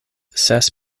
ses